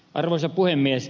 arvoisa puhemies